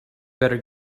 better